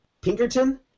Pinkerton